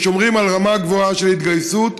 ששומרים על רמה גבוהה של התגייסות,